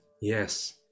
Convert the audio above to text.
Yes